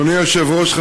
אדוני היושב-ראש,